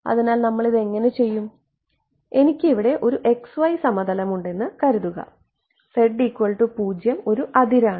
അതിനാൽ നമ്മൾ ഇത് എങ്ങനെ ചെയ്യും എനിക്ക് ഇവിടെ ഒരു xy സമതലം ഉണ്ടെന്ന് കരുതുക z 0 ഒരു അതിരാണ്